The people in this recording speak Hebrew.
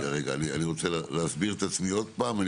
אסביר את עצמי עוד פעם,